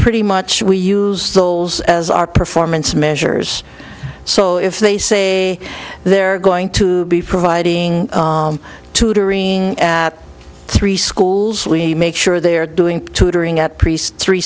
pretty much we use those as our performance measures so if they say they're going to be providing tutoring at three schools we make sure they're doing tutoring